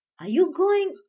are you going?